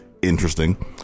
interesting